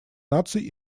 наций